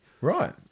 Right